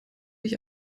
ich